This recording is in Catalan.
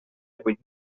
vuit